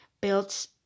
built